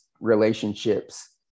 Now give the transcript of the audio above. relationships